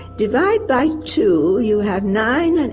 divide by two you have nine. and